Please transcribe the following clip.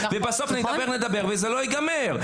ובסוף נדבר-נדבר וזה לא ייגמר.